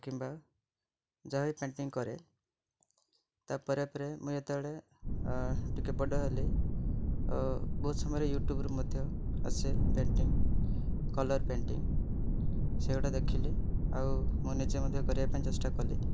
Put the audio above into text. କିମ୍ବା ଯାହା ବି ପେଣ୍ଟିଂ କରେ ତା ପରେ ପରେ ମୁଁ ଯେତୋଳେ ଟିକେ ବଡ଼ ହେଲି ଓ ବହୁତ ସମୟରେ ୟୁଟ୍ୟୁବ୍ରୁ ମଧ୍ୟ ଆସେ ପେଣ୍ଟିଂ କଲର୍ ପେଣ୍ଟିଂ ସେଗୁଡ଼ା ଦେଖିଲି ଆଉ ମୁଁ ନିଜେ ମଧ୍ୟ କରିବା ପାଇଁ ଚେଷ୍ଟା କଲି